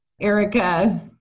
Erica